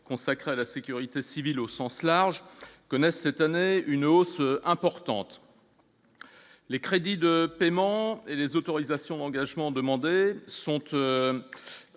consacré à la sécurité civile, au sens large, connaissent cette année une hausse importante, les crédits de paiement et les autorisations d'engagements demandés sont